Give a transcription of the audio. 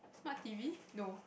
smart T_V no